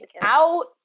out